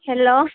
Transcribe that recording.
hello